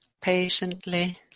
patiently